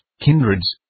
kindreds